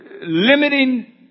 limiting